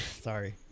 Sorry